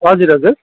हजुर हजुर